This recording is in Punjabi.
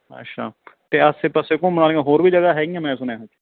ਅੱਛਾ ਅਤੇ ਆਸੇ ਪਾਸੇ ਘੁੰਮਣ ਵਾਲੀਆਂ ਹੋਰ ਵੀ ਜਗ੍ਹਾ ਹੈਗੀਆਂ ਮੈਂ ਸੁਣਿਆ ਇੱਥੇ